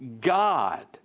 God